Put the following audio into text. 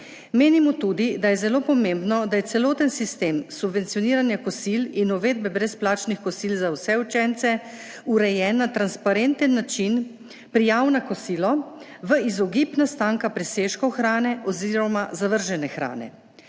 Menimo tudi, da je zelo pomembno, da je celoten sistem subvencioniranja kosil in uvedbe brezplačnih kosil za vse učence urejen na transparenten način prijav na kosilo v izogib nastanka presežkov hrane oziroma zavržene hrane.